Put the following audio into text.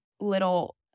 little